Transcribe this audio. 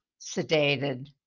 sedated